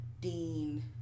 dean